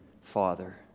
Father